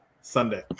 Sunday